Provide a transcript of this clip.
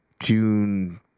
June